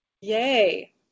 Yay